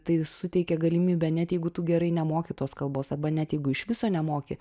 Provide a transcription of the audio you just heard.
tai suteikia galimybę net jeigu tu gerai nemoki tos kalbos arba net jeigu iš viso nemoki